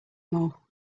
more